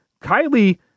Kylie